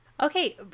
Okay